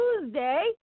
Tuesday